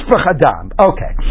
Okay